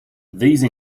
these